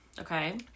Okay